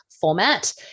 format